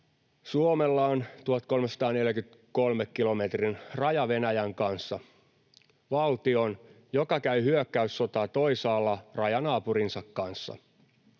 Suomella on 1 343 kilometrin raja Venäjän kanssa, valtion, joka käy hyökkäyssotaa toisaalla rajanaapurinsa kanssa.